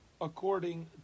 according